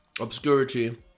obscurity